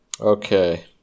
Okay